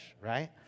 right